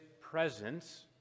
presence